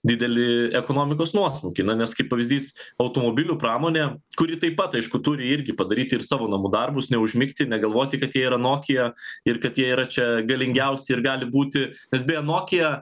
didelį ekonomikos nuosmukį nes kaip pavyzdys automobilių pramonė kuri taip pat aišku turi irgi padaryti ir savo namų darbus neužmigti negalvoti kad jie yra nokia ir kad jie yra čia galingiausi ir gali būti nes beje nokia